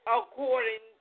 according